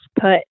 put